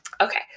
Okay